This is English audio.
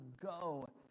go